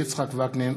יצחק וקנין,